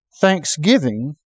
thanksgiving